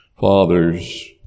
fathers